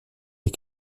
les